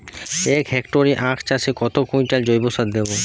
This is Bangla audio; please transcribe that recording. এক হেক্টরে আখ চাষে কত কুইন্টাল জৈবসার দেবো?